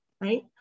right